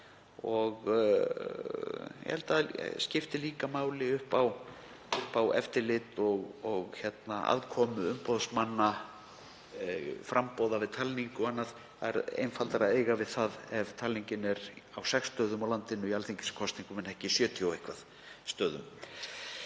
Ég held að það skipti líka máli upp á eftirlit og aðkomu umboðsmanna framboða við talningu og annað. Það er einfaldara að eiga við það ef talningin er á sex stöðum á landinu í alþingiskosningum en ekki á meira en 70 stöðum.